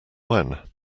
when